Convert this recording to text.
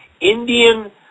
Indian